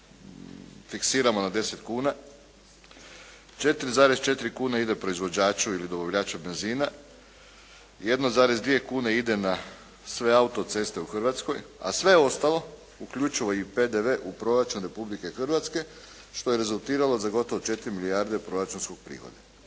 fiksiramo na 10 kuna, 4,4 kune ide proizvođaču ili dobavljaču benzina, 1,2 kune ide na sve autoceste u Hrvatske a sve ostalo uključivo i PDV u proračun Republike Hrvatske što je rezultiralo za gotovo 4 milijarde proračunskog prihoda.